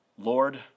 Lord